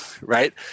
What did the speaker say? right